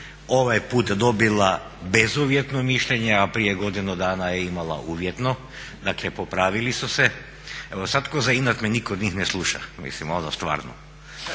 ovaj put dobila bezuvjetno mišljenje, a prije godinu dana je imala uvjetno, dakle popravili su se. Evo sad ko za inat me niko ni ne sluša, mislim ono stvarno.